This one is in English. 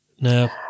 Now